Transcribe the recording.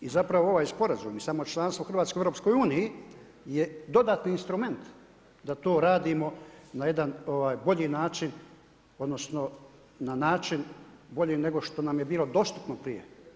I zapravo ovaj sporazum i samo članstvo u EU je dodatni instrument da to radimo na jedan bolji način odnosno na način bolji nego što nam je bilo dostupno prije.